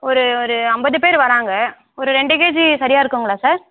ஒரு ஒரு ஐம்பது பேர் வராங்க ஒரு ரெண்டு கேஜி சரியாக இருக்குங்களா சார்